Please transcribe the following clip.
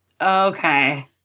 Okay